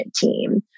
team